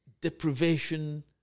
deprivation